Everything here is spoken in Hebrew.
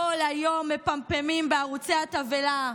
כל היום מפמפמים בערוצי התבהלה,